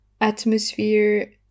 atmosphere